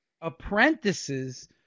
Apprentices